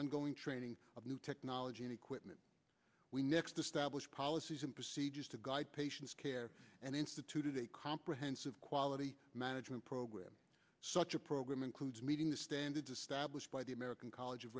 ongoing training of new technology and equipment we next established policies and procedures to guide patient care and instituted a comprehensive quality management program such a program includes meeting the standards established by the american college of